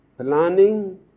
planning